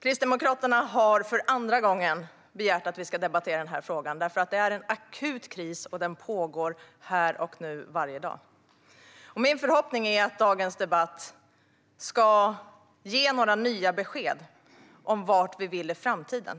Kristdemokraterna har för andra gången begärt att vi ska debattera den här frågan, därför att det är en akut kris som pågår här och nu, varje dag. Min förhoppning är att dagens debatt ska ge några nya besked om vart vi vill i framtiden.